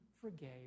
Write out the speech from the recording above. forgave